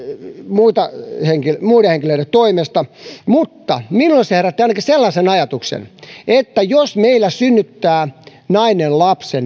muiden henkilöiden muiden henkilöiden toimesta mutta minulle se herätti ainakin sellaisen ajatuksen että jos meillä synnyttää lapsen nainen